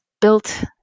built